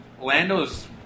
Lando's